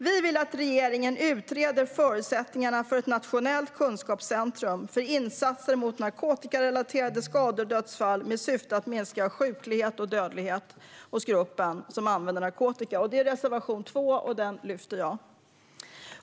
Vi vill att regeringen utreder förutsättningarna för ett nationellt kunskapscentrum för insatser mot narkotikarelaterade skador och dödsfall med syfte att minska sjuklighet och dödlighet hos gruppen som använder narkotika. Det är reservation 2, och den yrkar jag bifall till.